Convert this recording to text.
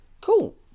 Cool